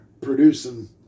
producing